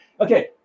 Okay